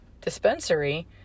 dispensary